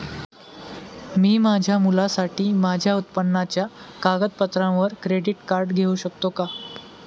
मी माझ्या मुलासाठी माझ्या उत्पन्नाच्या कागदपत्रांवर क्रेडिट कार्ड घेऊ शकतो का?